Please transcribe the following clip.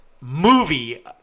movie